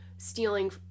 stealing